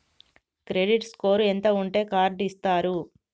Credit score ఎంత ఉంటే card ఇస్తారు?